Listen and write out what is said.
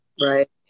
Right